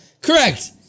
Correct